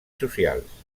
socials